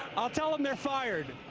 i'll tell them they're fired.